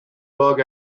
bug